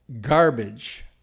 garbage